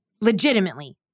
legitimately